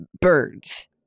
birds